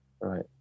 Right